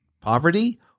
poverty